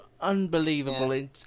unbelievable